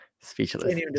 speechless